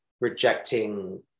rejecting